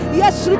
yes